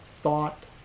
thought